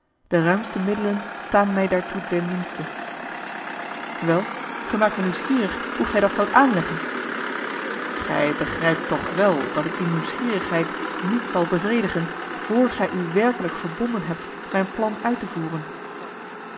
de ruimste middelen staan mij daartoe ten dienste wel gij maakt mij nieuwsgierig hoe gij dat zoudt aanleggen gij begrijpt toch wel dat ik die nieuwsgierigheid niet zal bevredigen voor gij u werkelijk verbonden hebt mijn plan uit te voeren